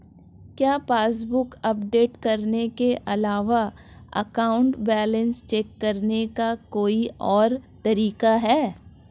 क्या passbook update करने के अलावा अकाउंट बैलेंस चेक करने का कोई और तरीका है?